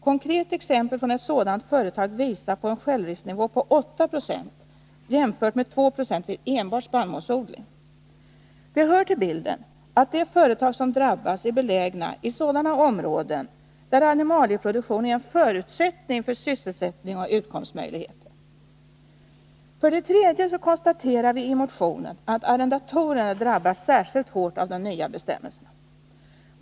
Konkret exempel från ett sådant företag visar på en självrisknivå på 8 20, jämfört med 2 96 vid enbart spannmålsodling. Det hör till bilden att de företag som drabbas är belägna i sådana områden där animalieproduktion är en förutsättning för sysselsättning och utkomstmöjligheter. Dessutom konstaterar vi i motionen att arrendatorerna drabbas särskilt hårt av de nya bestämmelserna.